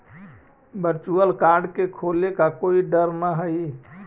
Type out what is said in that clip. virtual card के खोने का कोई डर न हई